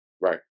Right